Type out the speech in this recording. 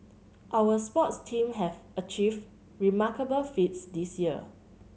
our sports teams have achieved remarkable feats this year